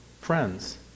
friends